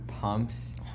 pump's